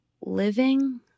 living